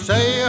Say